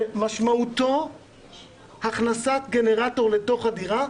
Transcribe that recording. שמשמעותו הכנסת גנרטור לתוך הדירה,